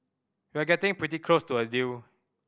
we're getting pretty close to a deal